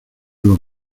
los